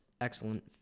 Excellent